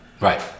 Right